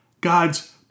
God's